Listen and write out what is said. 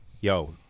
Yo